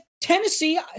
Tennessee